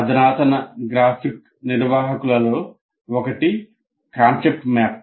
అధునాతన గ్రాఫిక్ నిర్వాహకులలో ఒకటి కాన్సెప్ట్ మ్యాప్